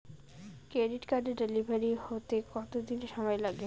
Credit কার্ডের delivery হতে কতদিন সময় লাগে?